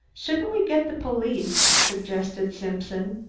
shouldn't we get the police? suggested simpson.